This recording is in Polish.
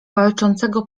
walczącego